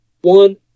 one